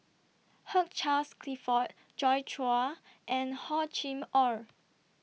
Hugh Charles Clifford Joi Chua and Hor Chim Or